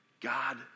God